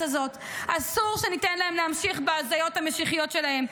הזאת אסור שניתן להם להמשיך בהזיות המשיחיות שלהם.